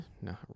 no